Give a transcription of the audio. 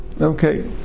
Okay